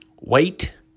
Wait